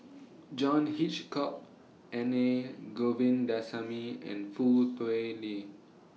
John Hitchcock any Govindasamy and Foo Tui Liew